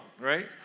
right